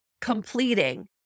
completing